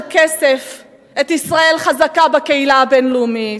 כסף את ישראל חזקה בקהילה הבין-לאומית,